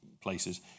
places